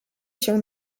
się